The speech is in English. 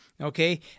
Okay